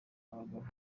abagabo